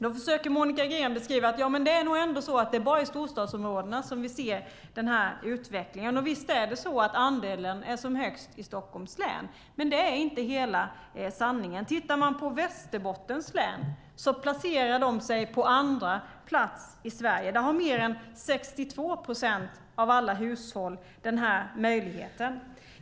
Då försöker Monica Green säga: Ja, men det är nog ändå bara i storstadsområdena som vi ser den här utvecklingen. Visst är andelen som högst i Stockholms län, men det är inte hela sanningen. Västerbottens län placerar sig på andra plats i Sverige. Där har mer än 62 procent av alla hushåll den här möjligheten.